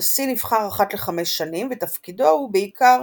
הנשיא נבחר אחת לחמש שנים, ותפקידו הוא בעיקר